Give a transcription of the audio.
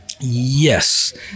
yes